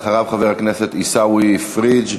אחריו, חבר הכנסת עיסאווי פריג'.